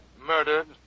murdered